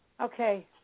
Okay